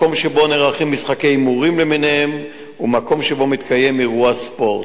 מקום שבו נערכים משחקי הימורים למיניהם ומקום שבו מתקיים אירוע ספורט.